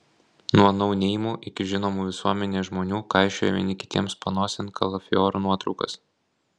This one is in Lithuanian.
nuo nouneimų iki žinomų visuomenėje žmonių kaišioja vieni kitiems panosėn kalafiorų nuotraukas